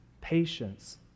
patience